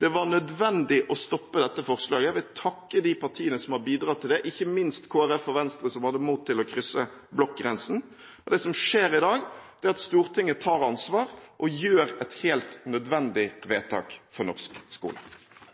Det var nødvendig å stoppe dette forslaget. Jeg vil takke de partiene som har bidratt til det, ikke minst Kristelig Folkeparti og Venstre, som hadde mot til å krysse blokkgrensen. Det som skjer i dag, er at Stortinget tar ansvar og fatter et helt nødvendig vedtak for norsk skole.